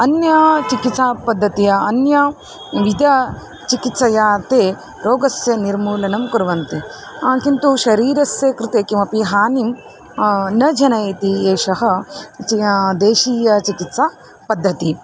अन्यां चिकित्सापद्धत्या अन्यां विद्याचिकित्सया ते रोगस्य निर्मूलनं कुर्वन्ति किन्तु शरीरस्य कृते किमपि हानिं न जनयति एषा चिया देशीयचिकित्सा पद्धतिः